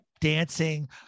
dancing